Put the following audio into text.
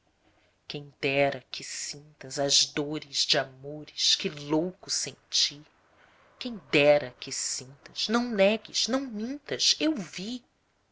quem dera que sintas as dores de amores que louco senti quem dera que sintas não negues não mintas eu vi